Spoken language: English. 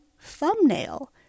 thumbnail